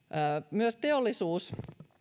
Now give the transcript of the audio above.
myös teollisuus